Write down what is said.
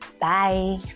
Bye